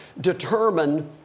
determine